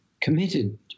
committed